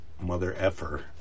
mother-effer